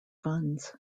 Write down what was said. funds